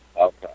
Okay